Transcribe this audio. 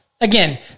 Again